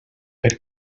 per